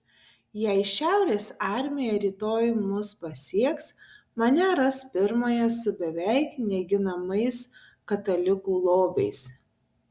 jei šiaurės armija rytoj mus pasieks mane ras pirmąją su beveik neginamais katalikų lobiais